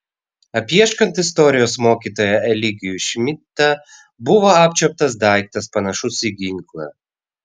apieškant istorijos mokytoją eligijų šmidtą buvo apčiuoptas daiktas panašus į ginklą